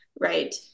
Right